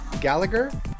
Gallagher